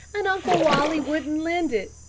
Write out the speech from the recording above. and uncle wally wouldn't lend it.